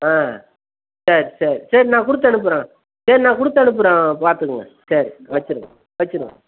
ஆ சரி சரி சரி நான் கொடுத்து அனுப்புகிறேன் சரி நான் கொடுத்து அனுப்புகிறேன் பார்த்துங்க சரி வெச்சுருங்க வெச்சுருங்க